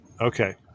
Okay